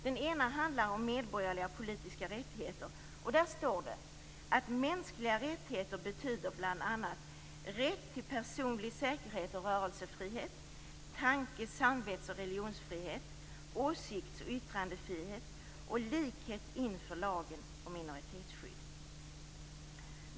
Den ena handlar om medborgerliga och politiska rättigheter, och där står det att mänskliga rättigheter bl.a. betyder rätt till personlig säkerhet och rörelsefrihet, tanke-, samvets och religionsfrihet, åsikts och yttrandefrihet, likhet inför lagen och minoritetsskydd.